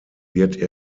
wird